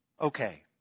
Okay